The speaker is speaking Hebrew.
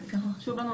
חשוב לי